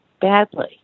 badly